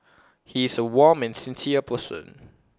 he is A warm and sincere person